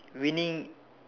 winning